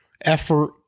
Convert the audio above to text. effort